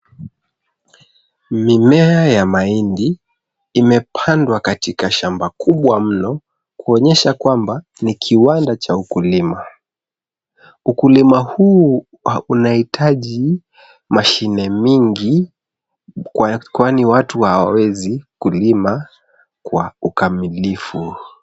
Mimea ya mahindi imepandwa katika shamba kubwa mno kuonyesha kwamba ni kiwanda cha ukulima Ukulima huu unahitaji mashine mingi kwani watu hawawezi kulima kwa ukamilifu.